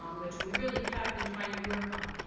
um which we really have been trying to work on,